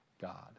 God